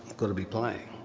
gotta be playing.